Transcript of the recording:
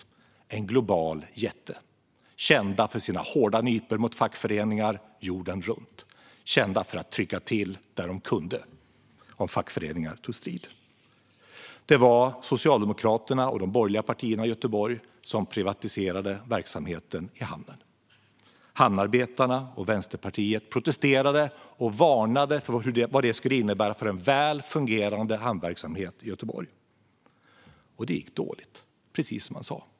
Det är en global jätte som är känd för sina hårda nypor mot fackföreningar jorden runt och för att trycka till där de kunnat när fackföreningar tagit strid. Det var Socialdemokraterna och de borgerliga partierna i Göteborg som privatiserade verksamheten i hamnen. Hamnarbetarna och Vänsterpartiet protesterade och varnade för vad det skulle innebära för en väl fungerande hamnverksamhet i Göteborg. Det gick dåligt, precis som man sa.